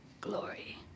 glory